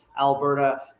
Alberta